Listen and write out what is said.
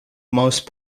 most